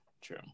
true